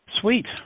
Sweet